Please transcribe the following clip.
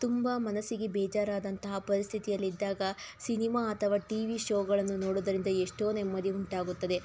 ತುಂಬ ಮನಸ್ಸಿಗೆ ಬೇಜಾರಾದಂತಹ ಪರಿಸ್ಥಿಯಲ್ಲಿದ್ದಾಗ ಸಿನಿಮಾ ಅಥವಾ ಟಿವಿ ಶೋಗಳನ್ನು ನೋಡೋದರಿಂದ ಎಷ್ಟೋ ನೆಮ್ಮದಿ ಉಂಟಾಗುತ್ತದೆ